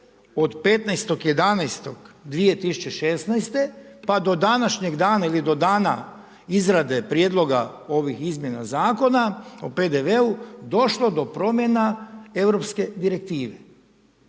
od 15.11.2016. pa do današnjeg dana ili do dana izrade Prijedloga ovih izmjena Zakona o PDV-u došlo do promjena europske direktive?